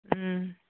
ꯎꯝ